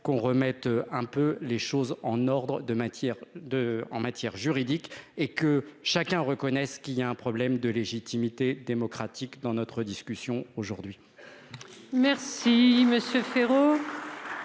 en ordre, de matière de en matière juridique et que chacun reconnaisse qu'il y a un problème de légitimité démocratique dans notre discussion aujourd'hui. Merci monsieur Faure.